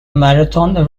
marathon